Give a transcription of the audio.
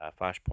Flashpoint